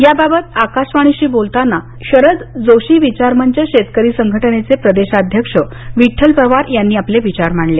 याबाबत आकाशवाणी बोलताना शरद जोशी विचारमंच शेतकरी संघटनेचे प्रदेशाध्यक्ष विठ्ठल पवार यांनी आपले विचार मांडले